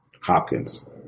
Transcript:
Hopkins